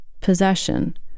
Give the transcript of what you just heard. possession